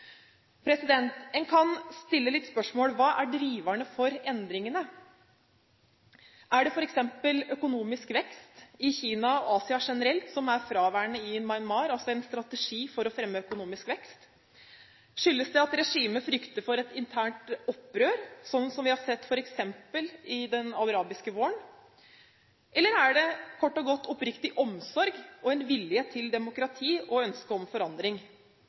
En kan stille spørsmål: Hva er driverne for endringene? Er det f.eks. økonomisk vekst i Kina og Asia generelt – noe som er fraværende i Myanmar – altså en strategi for å fremme økonomisk vekst? Skyldes det at regimet frykter for et internt opprør, sånn som vi har sett f.eks. i den arabiske våren? Eller er det kort og godt oppriktig omsorg for befolkningen og en vilje til demokrati og ønske om forandring?